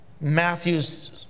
Matthew's